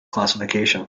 classification